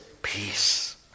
Peace